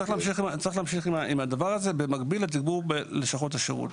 צריך להמשיך עם הדבר הזה במקביל לתגבור בלשכות השירות.